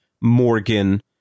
Morgan